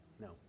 No